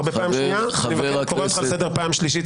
אני קורא אותך לסדר פעם שלישית,